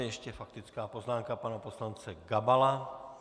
Ještě faktická poznámka pana poslance Gabala.